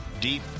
Deep